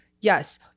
Yes